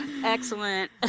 Excellent